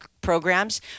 programs